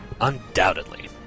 Undoubtedly